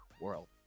world